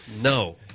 No